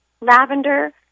lavender